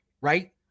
right